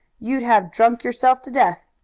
you'd have drunk yourself to death.